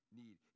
need